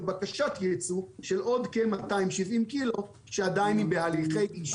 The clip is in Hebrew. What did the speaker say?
בקשות לייצוא של עוד כ-270 ק"ג שעדיין בהליכי אישורים.